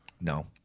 No